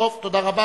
תודה רבה.